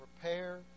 Prepare